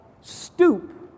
stoop